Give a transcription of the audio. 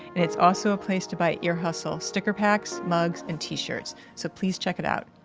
and it's also a place to buy ear hustle sticker packs, mugs and t-shirts. so please check it out.